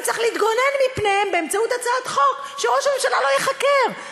ואני צריך להתגונן מפניהם באמצעות הצעת חוק שראש הממשלה לא ייחקר.